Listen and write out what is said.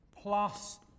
plus